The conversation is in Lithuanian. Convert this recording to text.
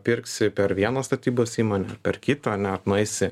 pirksi per vieną statybos įmonę per kitą net nueisi